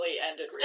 ended